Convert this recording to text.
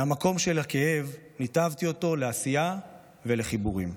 את המקום של הכאב ניתבתי לעשייה ולחיבורים.